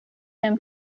him